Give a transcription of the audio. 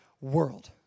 world